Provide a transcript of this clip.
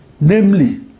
namely